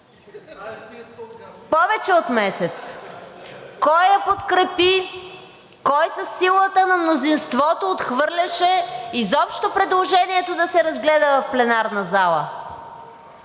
Повече от месец! Кой я подкрепи? Кой със силата на мнозинството отхвърляше изобщо предложението да се разгледа в пленарната зала